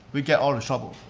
we get all the trouble,